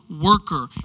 worker